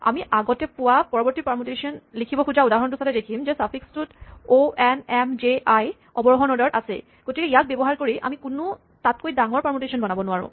আমি আগতে পোৱা পৰবৰ্তী পাৰমুটেচন লিখিব খোজা উদাহৰণটো চালে দেখিম যে চাফিক্সটোত O N M J I অৱৰোহন অৰ্ডাৰত আছেই গতিকে ইয়াক ব্যৱহাৰ কৰি আমি কোনো তাতকৈ ডাঙৰ পাৰমুটেচন বনাব নোৱাৰোঁ